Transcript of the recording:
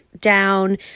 down